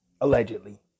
Allegedly